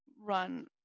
run